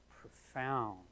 profound